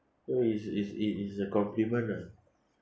so it's it's it is a compliment lah